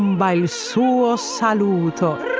buy you saw, ah sanlu thought